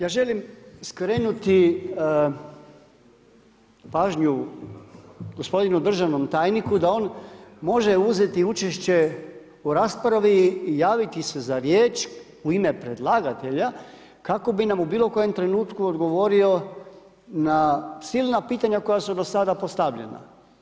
Ja želim skrenuti pažnju gospodinu državnom tajniku da on može uzeti učešće o raspravi i javiti se za riječ u ime predlagatelja, kako bi nam u bilo kojem trenutku odgovorio na silna pitanja koja su nam do sada postavljena.